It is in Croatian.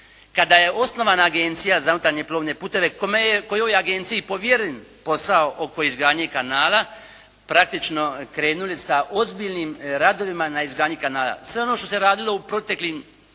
kada je osnovana Agencija za unutarnje plovne putove kojoj je Agenciji povjeren posao oko izgradnje kanala praktično krenuli sa ozbiljnim radovima na izgradnji kanala. Sve ono što se radilo u proteklim